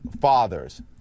fathers